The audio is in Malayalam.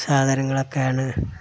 സാധനങ്ങളൊക്കെയാണ്